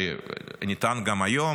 וניתן גם היום,